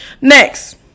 next